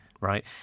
Right